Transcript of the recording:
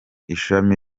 ishami